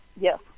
Yes